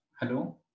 hello